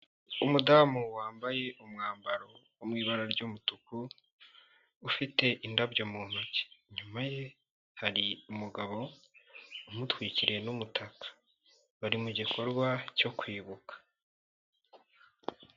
Umudamu wambaye umwambaro wo mu ibara ry'umutuku, ufite indabyo mu ntoki. Inyuma ye hari umugabo, umutwikiriye n'umutaka. Bari mu gikorwa cyo kwibuka.